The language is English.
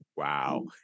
Wow